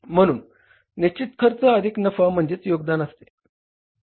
म्हणून निश्चित खर्च अधिक नफा म्हणजे योगदान असते